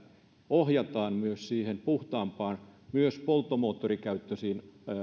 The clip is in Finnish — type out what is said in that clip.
ohjataan myös puhtaampaan myös polttomoottorikäyttöisiin